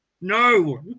No